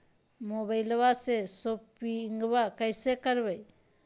मोबाइलबा से शोपिंग्बा कैसे करबै?